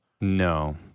No